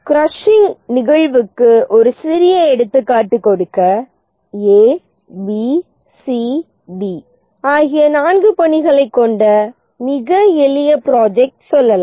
crushing நிகழ்வுக்கு ஒரு சிறிய எடுத்துக்காட்டு கொடுக்க A B C D ஆகிய நான்கு பணிகளைக் கொண்ட மிக எளிய ப்ரொஜெக்ட் சொல்லலாம்